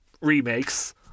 remakes